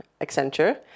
Accenture